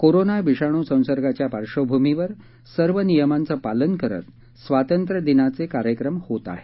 corona विषाणू संसर्गाच्या पार्श्वभूमीवर सर्व नियमांचं पालन करत स्वातंत्र्य दिनाचे कार्यक्रम होत आहेत